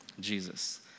Jesus